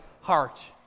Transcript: heart